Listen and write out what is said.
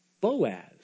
Boaz